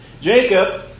Jacob